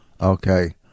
Okay